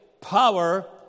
power